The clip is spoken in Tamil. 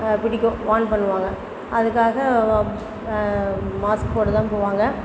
பிடிக்கும் வார்ன் பண்ணுவாங்க அதுக்காக மாஸ்க் போட்டு தான் போவாங்க